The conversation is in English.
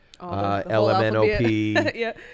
LMNOP